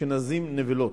"אשכנזים נבלות",